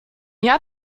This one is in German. jahr